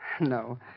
No